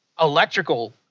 electrical